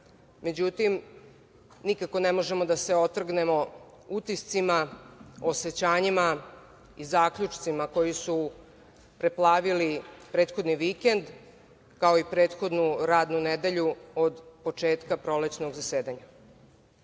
međutim, nikako ne možemo da se otrgnemo utiscima, osećanjima i zaključcima koji su preplavili prethodni vikend, kao i prethodnu radnu nedelju od početka prolećnog zasedanja. Ne